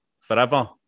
forever